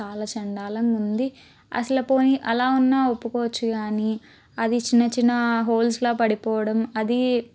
చాలా చండాలంగుంది అసలు పోనీ అలా ఉన్నా ఒప్పుకోవచ్చు కానీ అది చిన్న చిన్న హోల్స్లా పడిపోవడం అది